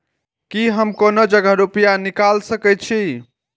की हम कोनो जगह रूपया निकाल सके छी?